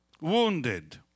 Wounded